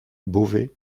beauvais